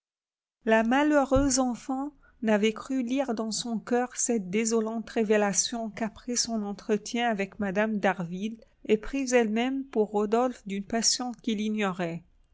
la malheureuse enfant n'avait cru lire dans son coeur cette désolante révélation qu'après son entretien avec mme d'harville éprise elle-même pour rodolphe d'une passion qu'il ignorait